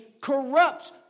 corrupts